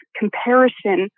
comparison